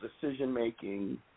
decision-making